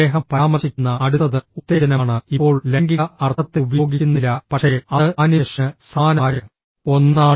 അദ്ദേഹം പരാമർശിക്കുന്ന അടുത്തത് ഉത്തേജനമാണ് ഇപ്പോൾ ലൈംഗിക അർത്ഥത്തിൽ ഉപയോഗിക്കുന്നില്ല പക്ഷേ അത് ആനിമേഷന് സമാനമായ ഒന്നാണ്